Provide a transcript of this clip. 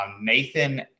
Nathan